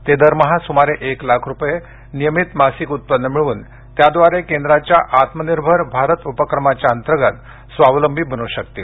ते दरमहा सुमारे एक लाख रुपये नियमित मासिक उत्पन्न मिळवून त्याद्वारे केंद्राच्या आत्मनिर्भर भारत उपक्रमांतर्गत स्वावलंबी बनू शकतील